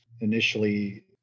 initially